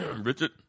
Richard